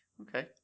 Okay